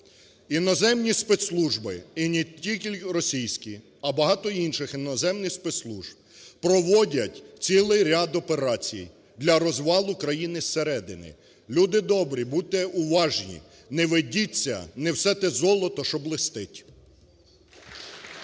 Іноземні спецслужби (і не тільки російські, а багато інших іноземних спецслужб) проводять цілий ряд операцій для розвалу країни зсередини. Люди добрі, будьте уважні. Не ведіться! Не все те золото, що блистить. (Оплески)